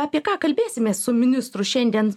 apie ką kalbėsimės su ministru šiandien